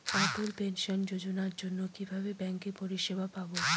অটল pension যোজনার জন্য কিভাবে ব্যাঙ্কে পরিষেবা পাবো?